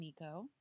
Miko